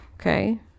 Okay